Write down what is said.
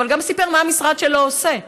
אבל גם סיפר מה המשרד שלו עושה.